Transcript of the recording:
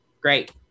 Great